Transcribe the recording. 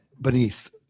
beneath